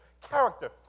character